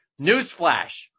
Newsflash